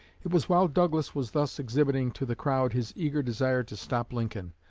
it was while douglas was thus exhibiting to the crowd his eager desire to stop lincoln,